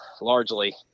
largely